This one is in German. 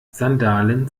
sandalen